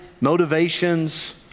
motivations